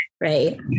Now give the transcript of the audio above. Right